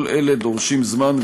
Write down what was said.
כל אלה דורשים זמן,